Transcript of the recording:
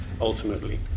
ultimately